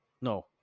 no